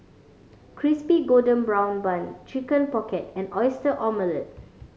Crispy Golden Brown Bun Chicken Pocket and Oyster Omelette